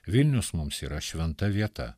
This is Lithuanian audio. vilnius mums yra šventa vieta